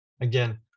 Again